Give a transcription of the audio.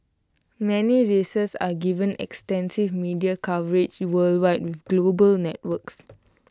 many races are given extensive media coverage worldwide with global networks